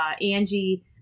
angie